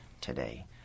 today